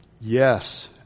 Yes